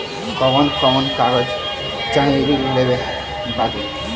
कवन कवन कागज चाही ऋण लेवे बदे?